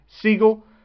Siegel